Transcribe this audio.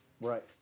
Right